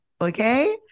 okay